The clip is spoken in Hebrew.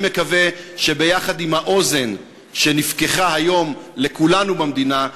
אני מקווה שיחד עם האוזן שנפתחה היום לכולנו במדינה,